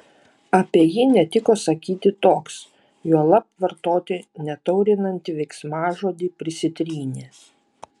apie jį netiko sakyti toks juolab vartoti netaurinantį veiksmažodį prisitrynė